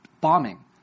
bombing